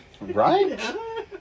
Right